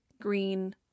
green